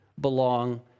belong